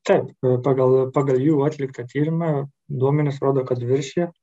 taip pagal pagal jų atliktą tyrimą duomenys rodo kad viršija